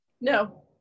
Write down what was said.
No